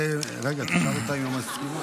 רגע, תשאל אותה אם הם מסכימים.